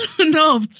No